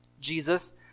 Jesus